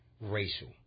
racial